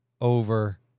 over